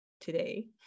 today